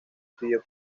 pidió